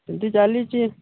ସେମିତି ଚାଲିଛି